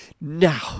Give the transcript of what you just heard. Now